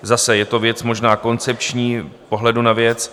Zase je to věc možná koncepčního pohledu na věc.